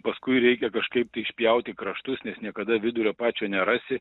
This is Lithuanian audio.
paskui reikia kažkaip tai išpjauti kraštus nes niekada vidurio pačio nerasi